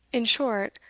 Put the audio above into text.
in short,